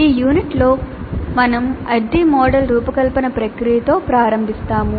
ఈ యూనిట్లో మేము ADDIE మోడల్ రూపకల్పన ప్రక్రియతో ప్రారంభిస్తాము